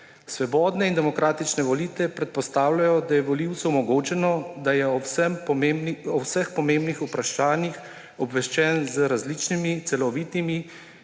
Svobodne in demokratične volitve predpostavljajo, da je volivcu omogočeno, da je o vseh pomembnih vprašanjih obveščen z različnimi, celovitimi